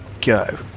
go